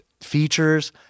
features